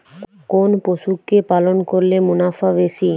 কোন পশু কে পালন করলে মুনাফা বেশি?